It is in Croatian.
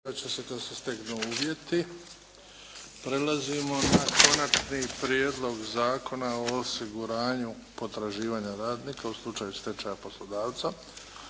njima se ne glasuje. Dajem na glasovanje Konačni prijedlog zakona o osiguranju potraživanja radnika u slučaju stečaja poslodavca.